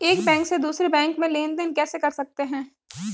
एक बैंक से दूसरे बैंक में लेनदेन कैसे कर सकते हैं?